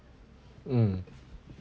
mm